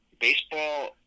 baseball